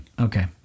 Okay